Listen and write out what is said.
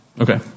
Okay